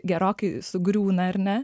gerokai sugriūna ar ne